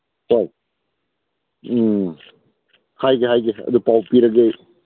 ꯍꯣꯏ ꯎꯝ ꯍꯥꯏꯒꯦ ꯍꯥꯏꯒꯦ ꯑꯗꯨ ꯄꯥꯎ ꯄꯤꯔꯒꯦ ꯑꯩ